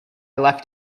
left